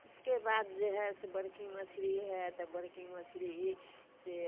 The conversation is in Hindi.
उसके बाद जो है सो बड़की मछली है तो बड़की मछली से